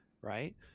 right